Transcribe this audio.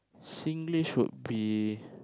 Singlish would be